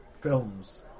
films